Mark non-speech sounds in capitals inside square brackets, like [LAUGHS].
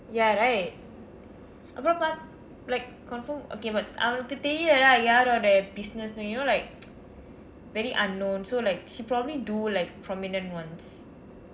ya right அப்புறம் பார்:appuram paar like confirm okay but அவளுக்கு தெரியவில்ல:avalukku theryilla lah like யாரோட:yaarooda business you know like [LAUGHS] very unknown so like she probably do like prominent ones